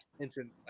instant